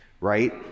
right